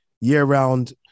year-round